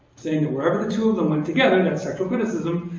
saying that wherever the two of them went together, that's textual criticism,